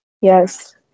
Yes